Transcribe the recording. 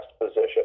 position